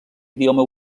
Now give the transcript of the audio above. idioma